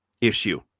issue